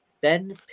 Ben